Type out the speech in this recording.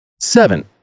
Seven